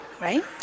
right